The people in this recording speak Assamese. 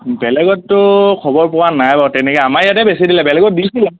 বেলেগতো খবৰ পোৱা নাই বাৰু তেনেকে আমাৰ ইয়াতে বেছি দিলে বেলেগত দিছিলে